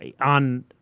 on